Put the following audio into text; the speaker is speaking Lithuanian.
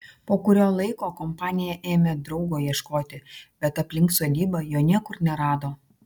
po kurio laiko kompanija ėmė draugo ieškoti bet aplink sodybą jo niekur nerado